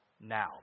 now